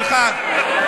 סליחה,